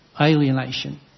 alienation